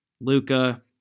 Luca